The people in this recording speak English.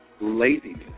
laziness